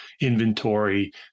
inventory